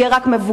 יהיה רק מבוגר.